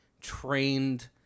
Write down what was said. trained